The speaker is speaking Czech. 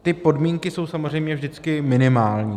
Ty podmínky jsou samozřejmě vždycky minimální.